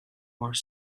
more